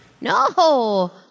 No